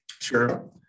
Sure